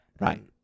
Right